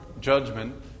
judgment